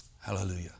Hallelujah